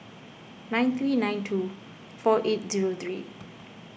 nine three nine two four eight zero three